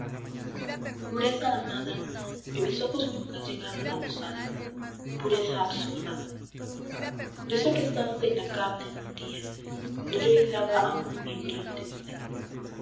amada que mis ojos nunca llegaron a gozar pureza absurda yo sé que estabas en la carne un día cuando yo hilaba aún mi embrión de vida